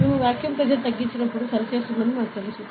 మేము vacuum pressure తగ్గినప్పుడు సరిచేస్తుందని మాకు తెలుసు